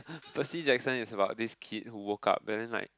Percy-Jackson is about this kid who woke up and then like